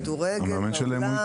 כדורגל וכולי.